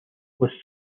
was